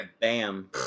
Bam